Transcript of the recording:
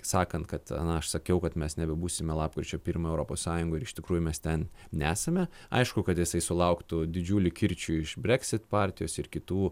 sakant kad na aš sakiau kad mes nebebūsime lapkričio pirmą europos sąjungoj ir iš tikrųjų mes ten nesame aišku kad jisai sulauktų didžiulių kirčių iš brexit partijos ir kitų